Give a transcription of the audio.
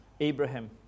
Abraham